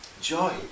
Joy